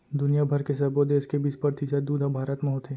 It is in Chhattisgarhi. दुनिया भर के सबो देस के बीस परतिसत दूद ह भारत म होथे